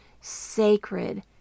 sacred